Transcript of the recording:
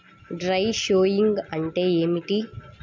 Dry sowing అంటే ఏమిటి?